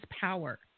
power